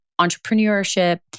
entrepreneurship